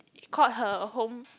called her home